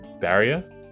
barrier